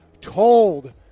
told